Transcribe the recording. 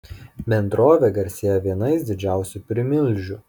bendrovė garsėja vienais didžiausių primilžių